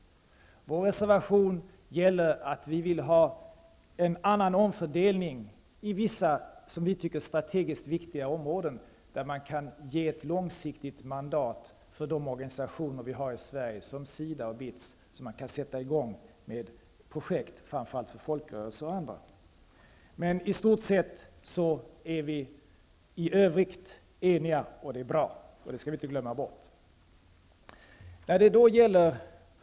Vår reservation innebär att vi vill ha en annan omfördelning i vissa som vi tycker strategiskt viktiga områden, där man kan ge ett långsiktigt mandat för de organisationer vi har i Sverige, som SIDA och BITS, så att man kan sätta i gång med projekt för folkrörelser och andra. Men i stort sett är vi i övrigt eniga. Det är bra, och det skall vi inte glömma bort.